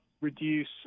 reduce